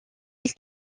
îles